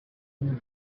news